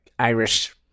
Irish